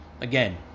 again